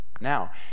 Now